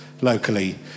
locally